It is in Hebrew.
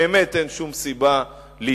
באמת אין שום סיבה להתפשר.